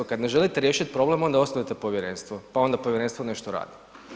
Kad ne želite riješit problem, onda osnujete povjerenstvo pa onda povjerenstvo nešto radi.